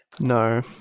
No